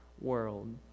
world